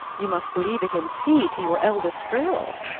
you must leave it in fee to your eldest girl.